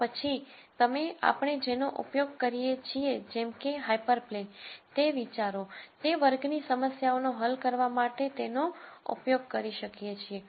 તો પછી તમે આપણે જેનો ઉપયોગ કરીએ છીએ જેમ કે હાયપરપ્લેન તે વિચારો તે વર્ગની સમસ્યાઓ હલ કરવા માટે તેનો ઉપયોગ કરી શકીએ છીએ